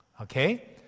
okay